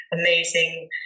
amazing